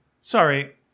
Sorry